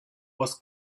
was